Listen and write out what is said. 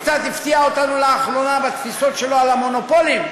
הוא קצת הפתיע אותנו לאחרונה בתפיסות שלו על המונופולים,